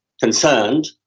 concerned